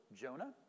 Jonah